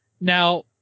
Now